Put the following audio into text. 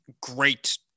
great